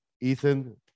ethan